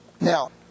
Now